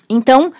Então